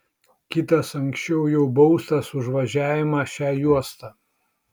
kitas anksčiau jau baustas už važiavimą šia juosta